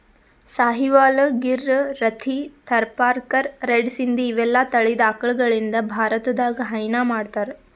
Sahiwal, Gir, Rathi, Tharparkar, red Sindhi ಇವೆಲ್ಲಾ ತಳಿದ್ ಆಕಳಗಳಿಂದ್ ಭಾರತದಾಗ್ ಹೈನಾ ಮಾಡ್ತಾರ್